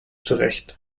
zurecht